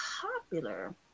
popular